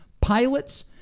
pilots